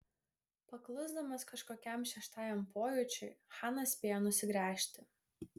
paklusdamas kažkokiam šeštajam pojūčiui chanas spėjo nusigręžti